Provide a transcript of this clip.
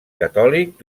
catòlic